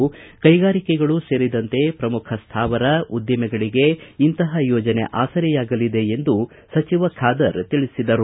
ಈ ನಿಟ್ಟನಲ್ಲಿ ಕೈಗಾರಿಕೆಗಳು ಸೇರಿದಂತೆ ಪ್ರಮುಖ ಸ್ವಾವರ ಉದ್ದಿಮೆಗಳಿಗೆ ಇಂತಹ ಯೋಜನೆ ಆಸರೆಯಾಗಲಿದೆ ಎಂದು ಸಚಿವ ಖಾದರ್ ತಿಳಿಸಿದರು